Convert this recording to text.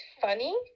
funny